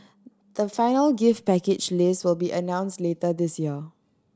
the final gift package list will be announced later this year